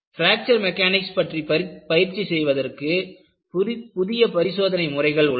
fracture mechanics பற்றி பயிற்சி செய்வதற்கு புதிய பரிசோதனை முறைகள் உள்ளன